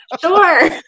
Sure